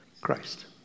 Christ